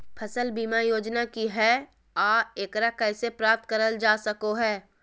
फसल बीमा योजना की हय आ एकरा कैसे प्राप्त करल जा सकों हय?